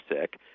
sick